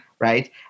right